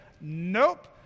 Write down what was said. nope